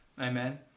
Amen